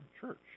church